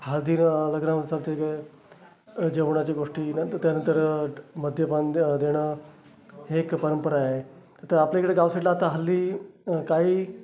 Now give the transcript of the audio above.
हाळदिनं गजरा उचलतींनं जेवणाच्या गोष्टी नंत त्यानंतर मद्यपान दे देणं हे एक परंपरा आहे तं आपल्या इकडं गाव साइडला आता हल्ली काही